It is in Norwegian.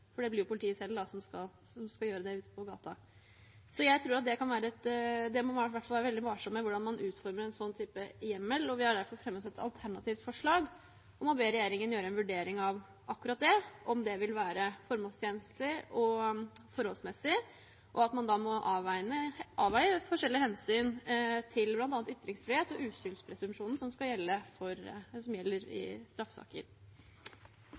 på gaten. Jeg tror at man må være veldig varsom med hvordan man utformer en sånn type hjemmel, og vi har derfor fremmet et alternativt forslag om å be regjeringen gjøre en vurdering av akkurat det, om det vil være formålstjenlig og forholdsmessig, og at man må avveie forskjellige hensyn til bl.a. ytringsfrihet og uskyldspresumpsjonen som gjelder i straffesaker. Jeg tar opp Senterpartiets forslag. Representanten Emilie Enger Mehl har teke opp det forslaget ho refererte til. Regjeringen er også opptatt av å legge til rette for